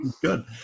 good